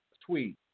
tweet